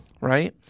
right